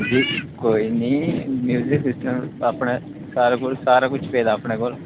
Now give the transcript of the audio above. नी कोई नी म्यूज़िक सिस्टम अपने सारे सारा कुछ पेदा अपने कोल